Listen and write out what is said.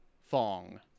Fong